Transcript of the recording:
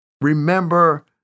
Remember